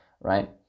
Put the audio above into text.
Right